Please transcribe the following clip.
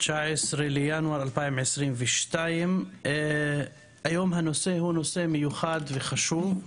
19 לינואר 2022. היום הנושא הוא נושא מיוחד וחשוב,